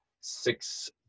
six